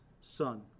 Son